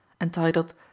entitled